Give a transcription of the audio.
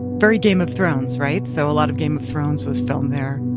very game of thrones, right? so a lot of game of thrones was filmed there.